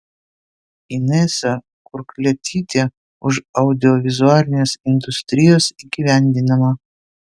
inesa kurklietytė už audiovizualinės industrijos įgyvendinimą